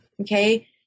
Okay